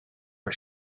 for